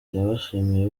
yabashimiye